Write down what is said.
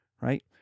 right